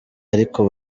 ariko